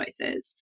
choices